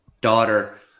daughter